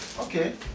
Okay